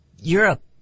Europe